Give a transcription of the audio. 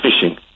fishing